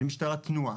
משטרת תנועה,